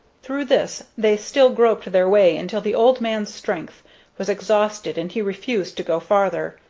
through this they still groped their way until the old man's strength was exhausted and he refused to go farther.